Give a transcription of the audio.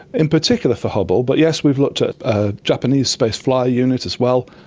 in particular for hubble, but yes, we've looked at a japanese space flyer unit as well,